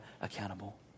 accountable